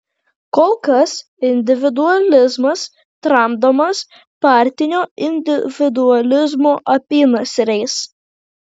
kol kas individualizmas tramdomas partinio individualizmo apynasriais